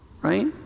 right